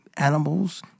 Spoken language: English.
Animals